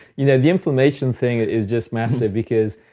you know the inflammation thing is just massive because,